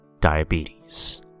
diabetes